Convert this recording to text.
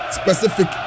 specific